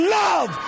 love